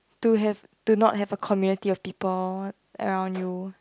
to have to not have a community of people around you